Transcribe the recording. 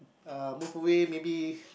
uh move away maybe